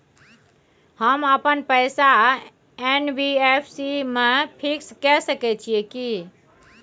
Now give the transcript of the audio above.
हम अपन पैसा एन.बी.एफ.सी म फिक्स के सके छियै की?